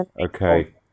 Okay